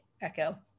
Echo